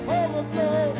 overflow